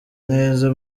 neza